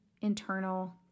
internal